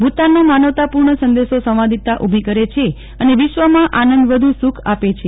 ભુતાનનો માનવતાપુર્ણ સંદેશો સંવાદિતા ઉભી કરે છે અને વિશ્વમાં આનંદ વધુ સુખ આપે છે